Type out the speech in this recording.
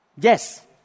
Yes